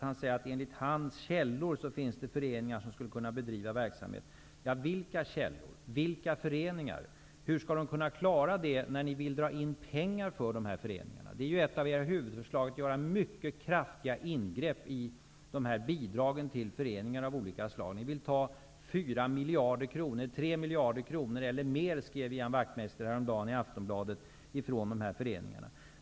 Han säger att det enligt hans källor finns föreningar som skulle kunna bedriva verksamhet. Vilka källor? Vilka föreningar? Hur skall de kunna klara det, när ni i Ny demokrati vill dra in pengar för dessa föreningar? Ett av era huvudförslag är ju att det skall göras mycket kraftiga ingrepp i bidragen till föreningar av olika slag. Ni vill ta 3 miljarder kronor eller mer från dessa föreningar, skrev Ian Wachtmeister i Aftonbladet häromdagen.